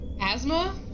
Asthma